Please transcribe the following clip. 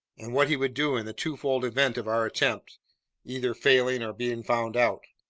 and what he would do in the twofold event of our attempt either failing or being found out!